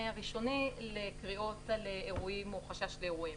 הראשוני לקריאות על אירועים או חשש לאירועים.